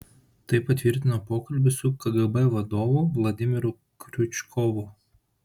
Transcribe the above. tai patvirtino pokalbis su kgb vadovu vladimiru kriučkovu